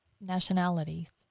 nationalities